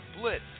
Blitz